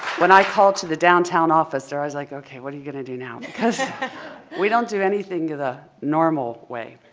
when i call to the downtown office they're like, okay, what are you going to do now? because we don't do anything the normal way.